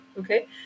Okay